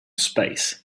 space